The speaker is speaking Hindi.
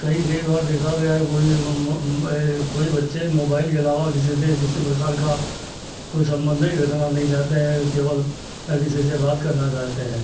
कई कई बार देखा गया है कोई ए कोई बच्चे मोबाइल के अलावा और किसी से किसी प्रकार का कोई सम्बन्ध नहीं रखना नहीं चाहते हैं केवल न किसी से बात करना चाहते हैं